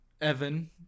Evan